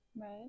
right